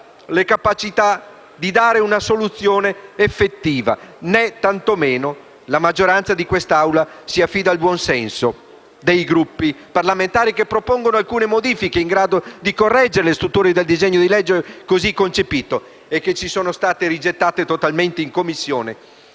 le capacità di dare una soluzione effettiva, né tantomeno la maggioranza di quest'Aula si affida al buon senso dei Gruppi parlamentari che propongono alcune modifiche in grado di correggere le storture di un disegno di legge così concepito e che sono state respinte totalmente in Commissione.